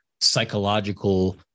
psychological